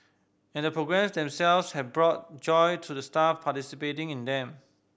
and the programmes themselves have brought joy to the staff participating in them